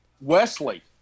Wesley